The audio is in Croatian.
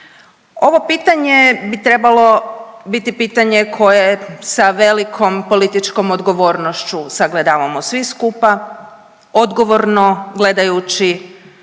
Ovo pitanje bi trebalo biti pitanje koje sa velikom političkom odgovornošću sagledavamo svi skupa, odgovorno gledajući